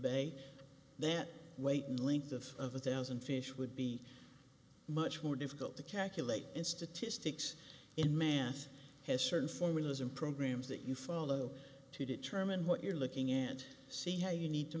bay then wait in length of one thousand fish would be much more difficult to calculate in statistics in mans has certain formulas in programs that you follow to determine what you're looking in to see how you need to